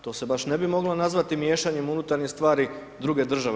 To se baš ne bi moglo nazvati miješanjem unutarnje stvari druge države.